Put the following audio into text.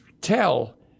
tell